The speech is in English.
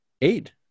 eight